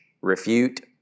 refute